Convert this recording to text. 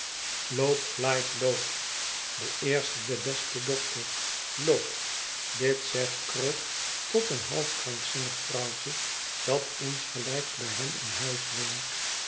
de eerste de beste dokter loop dit zegt krook tot een half krankzinnig vrouwtje dat insgelijks bij hem in huis woont